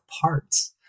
parts